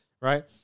right